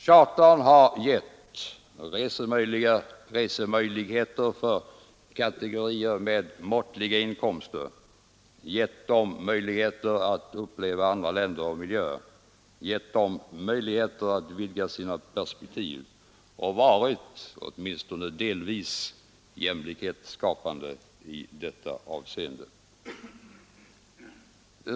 Charter har gett resemöjligheter för kategorier med måttliga inkomster, gett dem möjligheter att uppleva andra länder och miljöer, gett dem möjligheter att vidga sina perspektiv och varit åtminstone delvis jämlikhetsskapande i det avseendet.